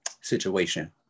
situation